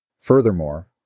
Furthermore